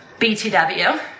BTW